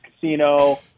casino